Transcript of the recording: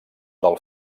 del